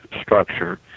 structure